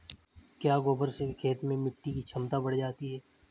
क्या गोबर से खेत में मिटी की क्षमता बढ़ जाती है?